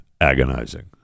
agonizing